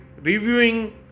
reviewing